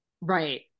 Right